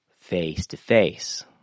face-to-face